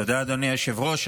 תודה, אדוני היושב-ראש.